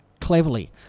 cleverly